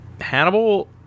Hannibal